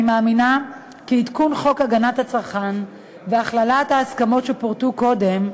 אני מאמינה כי עדכון חוק הגנת הצרכן והכללת ההסכמות שפורטו קודם,